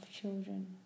children